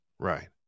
right